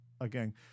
again